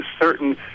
certain